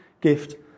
gift